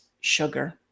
sugar